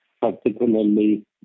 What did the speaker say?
particularly